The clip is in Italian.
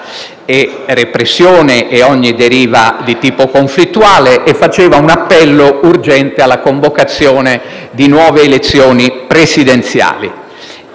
repressione e ogni deriva di tipo conflittuale e faceva un appello urgente alla convocazione di nuove elezioni presidenziali.